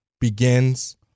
begins